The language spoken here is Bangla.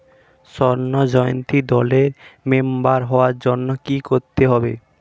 স্বর্ণ জয়ন্তী দলের মেম্বার হওয়ার জন্য কি করতে হবে?